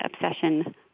obsession